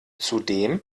zudem